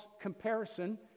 comparison